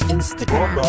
Instagram